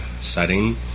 setting